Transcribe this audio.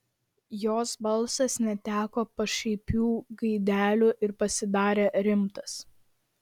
jos balsas neteko pašaipių gaidelių ir pasidarė rimtas